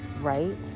right